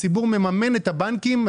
הציבור מממן את הבנקים.